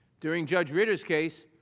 during judge ritter's case,